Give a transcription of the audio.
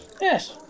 yes